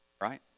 Right